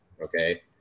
Okay